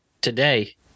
today